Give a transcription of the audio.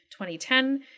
2010